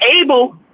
able